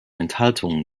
enthaltungen